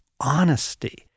honesty